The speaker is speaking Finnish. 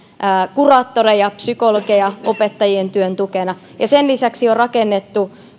kuraattoreja psykologeja opettajien työn tukena ja sen lisäksi on rakennettu